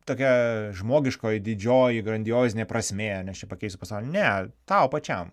tokia žmogiškoji didžioji grandiozinė prasmė nes čia pakeisiu pasaulį ne tau pačiam